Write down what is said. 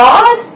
God